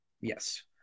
Yes